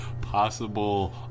possible